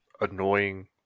annoying